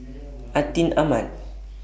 Atin Amat